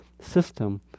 system